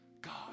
God